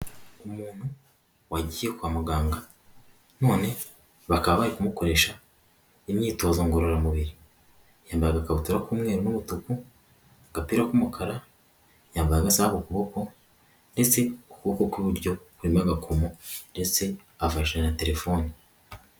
Umuntu wagiye kwa muganga none bakaba bari kumukoresha imyitozo ngororamubiri. Yambaye agakabutura k'umweru n'umutuku, agapira k'umukara, yambaye agasaha ku kuboko ndetse ukuboko kw'iburyo kurimo agakomo ndetse afasha na telefoni.